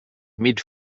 mid